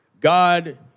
God